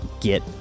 get